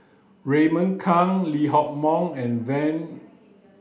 Raymond Kang Lee Hock Moh and then